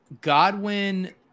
Godwin